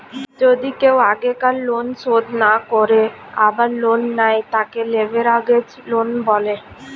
যদি কেও আগেকার লোন শোধ না করে আবার লোন নেয়, তাকে লেভেরাগেজ লোন বলে